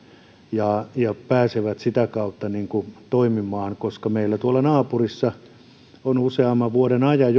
ja ja pääsevät sitä kautta toimimaan meillä tuolla naapurissa on jo useamman vuoden ajan